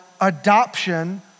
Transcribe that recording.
adoption